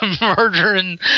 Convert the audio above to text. murdering